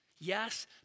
yes